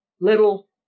little